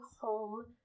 home